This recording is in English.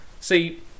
See